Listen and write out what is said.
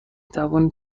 توانید